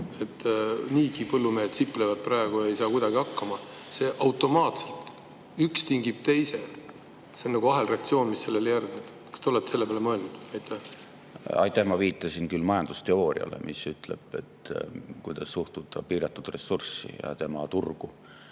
Niigi põllumehed siplevad praegu, ei saa kuidagi hakkama. See [maks mõjub] automaatselt, üks tingib teise, see on nagu ahelreaktsioon, mis sellele järgneb. Kas te olete selle peale mõelnud? Aitäh! Ma viitasin küll majandusteooriale, mis ütleb, kuidas suhtuda piiratud ressurssi ja selle turgu.